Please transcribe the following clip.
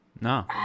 No